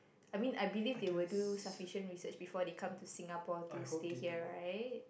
I mean I believe they will do sufficient research before they come to Singapore to stay here right